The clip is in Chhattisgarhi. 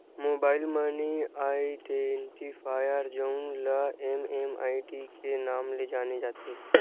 मोबाईल मनी आइडेंटिफायर जउन ल एम.एम.आई.डी के नांव ले जाने जाथे